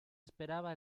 esperaba